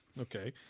okay